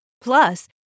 Plus